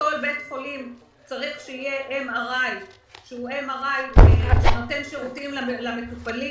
שבכל בית חולים צריך להיות MRI שנותן שירותים למטופלים.